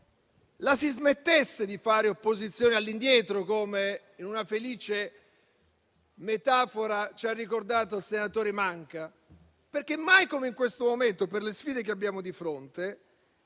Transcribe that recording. la si smettesse di fare opposizione all'indietro, come in una felice metafora ci ha ricordato il senatore Manca. Mai come in questo momento, per le sfide che abbiamo di fronte,